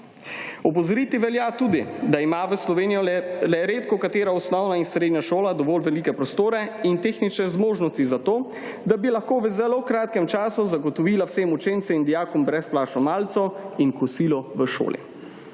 Opozoriti velja tudi, da ima v Sloveniji le redkokatera osnovna in srednja šola dovolj velike prostore in tehnične zmožnosti za to, da bi lahko v zelo kratkem času zagotovila vsem učencem in dijakom brezplačno malico in kosilo v šoli.